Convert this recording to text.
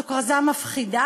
זו כרזה מפחידה.